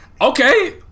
Okay